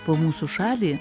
po mūsų šalį